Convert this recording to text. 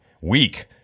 Weak